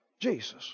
Jesus